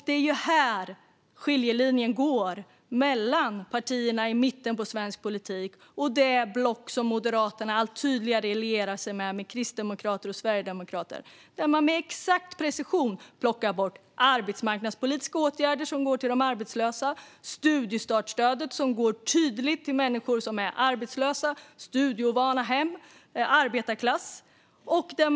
Det är här skiljelinjen går mellan partierna i mitten av svensk politik och det block som Moderaterna allt tydligare lierar sig med, med kristdemokrater och sverigedemokrater. I detta block plockar man med exakt precision bort arbetsmarknadspolitiska åtgärder som går till de arbetslösa. Man plockar bort studiestartsstödet, som tydligt går till de arbetslösa, arbetarklassen eller människor från studieovana hem.